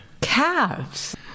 Calves